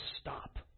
stop